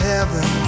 Heaven